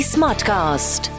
Smartcast